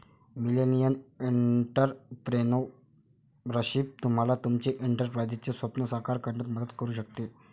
millennial entrepreneurship तुम्हाला तुमचे एंटरप्राइझचे स्वप्न साकार करण्यात मदत करू शकते